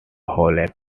holyoke